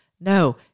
No